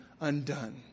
undone